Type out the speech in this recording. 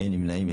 אין נמנעים.